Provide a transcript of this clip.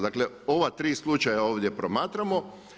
Dakle, ova tri slučaja ovdje promatramo.